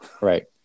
Right